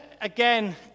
again